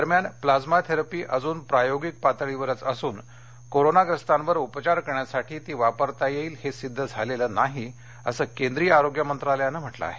दरम्यान plasma therapy अजून प्रायोगिक पातळीवरच असून कोरोनाग्रस्तांवर उपचार करण्यासाठी ती वापरता येईल हे सिद्ध झालेलं नाही असं केंद्रीय आरोग्य मंत्रालयानं म्हटलं आहे